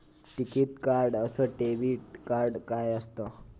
टिकीत कार्ड अस debit card काय असत?